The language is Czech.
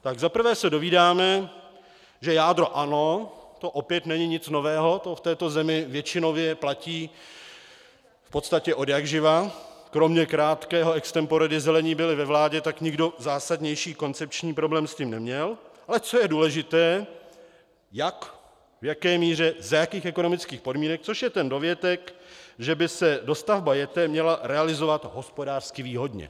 Tak za prvé se dovídáme, že jádro ano, to opět není nic nového, to v této zemi většinově platí v podstatě odjakživa kromě krátkého extempore, kdy zelení byli ve vládě, tak nikdo zásadnější koncepční problém s tím neměl, ale co je důležité jak, v jaké míře, za jakých ekonomických podmínek, což je ten dovětek, že by se dostavba JETE měla realizovat hospodářsky výhodně.